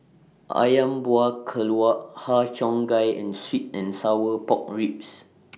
Ayam Buah Keluak Har Cheong Gai and Sweet and Sour Pork Ribs